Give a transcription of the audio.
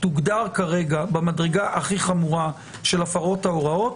תוגדר כרגע במדרגה הכי חמורה של הפרות ההוראות,